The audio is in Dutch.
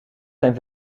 zijn